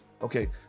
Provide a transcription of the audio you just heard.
Okay